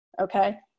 okay